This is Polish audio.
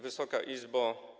Wysoka Izbo!